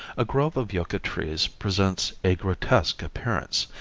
a grove of yucca trees presents a grotesque appearance.